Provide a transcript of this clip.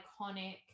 iconic